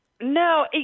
No